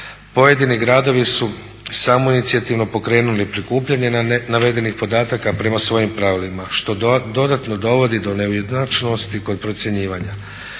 Pojedini gradovi su samoinicijativno pokrenuli prikupljanje navedenih podataka prema svojim pravilima što dodatno dovodi do neujednačenosti kod procjenjivanja.